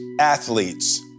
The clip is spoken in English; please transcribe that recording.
athletes